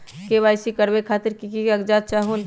KYC करवे खातीर के के कागजात चाहलु?